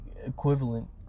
equivalent